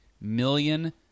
million